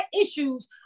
issues